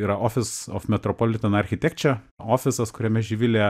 yra office of metropolitan architecture ofisas kuriame živilė